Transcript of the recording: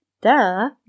duh